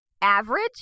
average